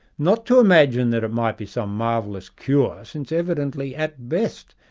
not to imagine that it might be some marvellous cure, since evidently at best,